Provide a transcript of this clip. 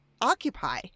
occupy